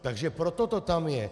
Takže proto to tam je!